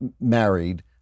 married